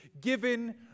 given